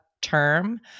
term